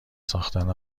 ساختن